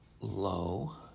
low